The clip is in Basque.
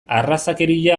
arrazakeria